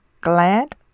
glad